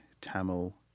Tamil